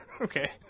okay